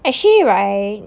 actually right